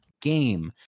game